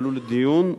שעלו לדיון,